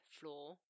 floor